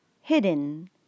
hidden